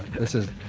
this is